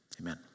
Amen